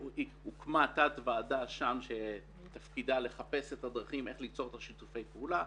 הוקמה שם תת ועדה שתפקידה לחפש את הדרכים ליצירת שיתופי פעולה.